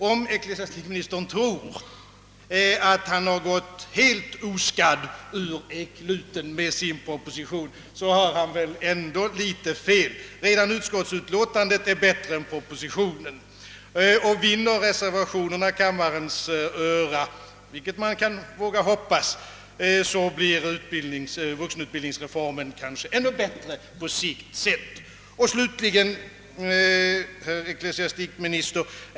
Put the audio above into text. Om ecklesiastikministern tror, att han har gått helt oskadd ur ekluten, har han fel. Redan utskottsutlåtandet är bättre än propositionen. Vinner reservationerna gehör i kammaren — vilket man kan våga hoppas — blir vuxenutbildningsreformen ännu bättre på sikt.